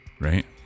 right